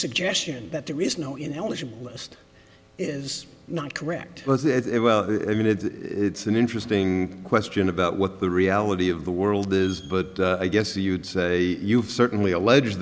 suggestion that there is no ineligible list is not correct was it well it's an interesting question about what the reality of the world is but i guess you'd say you've certainly allege